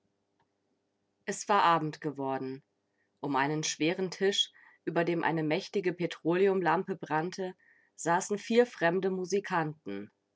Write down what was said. es war abend geworden um einen schweren tisch über dem eine mächtige petroleumlampe brannte saßen vier fremde musikanten